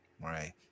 Right